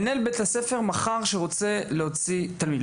מנהל בית הספר מחר שרוצה להוציא תלמיד,